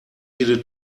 jede